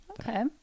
Okay